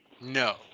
No